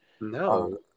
No